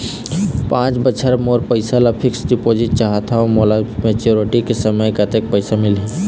पांच बछर बर मोर पैसा ला फिक्स डिपोजिट चाहत हंव, मोला मैच्योरिटी के समय कतेक पैसा मिल ही?